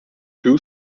two